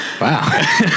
Wow